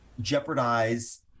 jeopardize